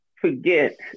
forget